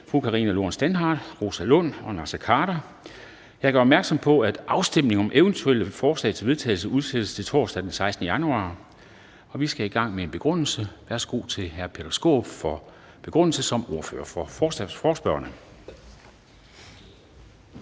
Formanden (Henrik Dam Kristensen): Jeg gør opmærksom på, at afstemning om eventuelle forslag til vedtagelse udsættes til torsdag den 16. januar 2020. Vi skal i gang med en begrundelse. Værsgo til hr. Peter Skaarup som ordfører for forespørgerne